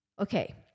Okay